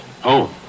Home